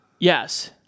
Yes